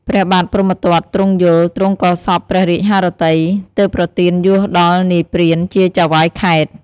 ព្រះបាទព្រហ្មទត្ត ទ្រង់យល់ ទ្រង់ក៏សព្វព្រះរាជហឫទ័យ ទើបប្រទានយសដល់នាយព្រានជាចៅហ្វាយខេត្ត។